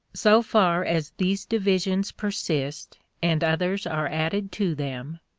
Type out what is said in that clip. so far as these divisions persist and others are added to them,